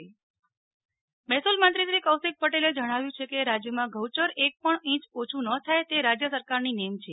નેહ્લ ઠક્કર મહેસુલ મંત્રી મહેસુલ મંત્રી શ્રી કૌશિકભાઈ પટેલે જણાવ્યું છે કે રાજ્યમાં ગૌચર એક પણ ઇંચ ઓછું ન થાય તે રાજ્ય સરકારની નેમ છે